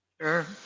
Sure